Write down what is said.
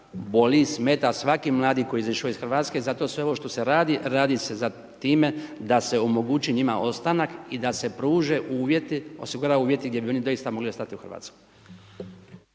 boli, smeta, svaki mladi koji je izašao iz Hrvatske, zato sve ovo što se radi, radi se sa time da se omogući njima ostanak i da se pruže uvjeti, osigurava uvjeti gdje bi oni doista mogli ostati u Hrvatskoj.